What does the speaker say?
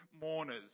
mourners